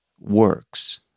works